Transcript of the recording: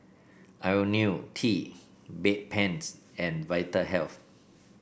IoniL T Bedpans and Vitahealth